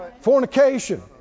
fornication